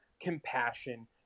compassion